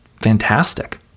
fantastic